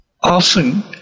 often